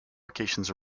locations